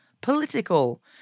political